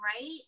right